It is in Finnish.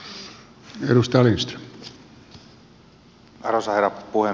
arvoisa herra puhemies